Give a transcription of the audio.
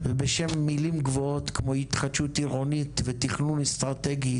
ובשם מילים גבוהות כמו התחדשות עירונית ותכנון אסטרטגי